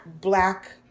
black